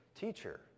Teacher